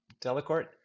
Delacorte